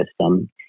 system